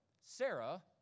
Sarah